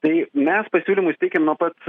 tai mes pasiūlymus teikiam nuo pat